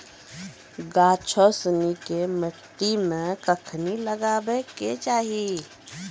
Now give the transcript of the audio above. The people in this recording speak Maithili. गाछो सिनी के मट्टी मे कखनी लगाबै के चाहि?